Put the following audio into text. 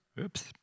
Oops